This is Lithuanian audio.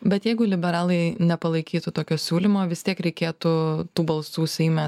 bet jeigu liberalai nepalaikytų tokio siūlymo vis tiek reikėtų tų balsų seime